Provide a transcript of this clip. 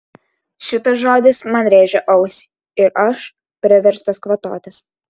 šitas žodis man rėžia ausį ir aš priverstas kvatotis